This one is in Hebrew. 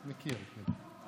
מכיר, כן.